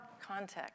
context